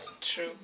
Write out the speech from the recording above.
True